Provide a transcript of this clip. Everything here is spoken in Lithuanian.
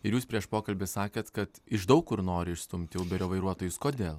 ir jūs prieš pokalbį sakėt kad iš daug kur nori išstumti uberio vairuotojus kodėl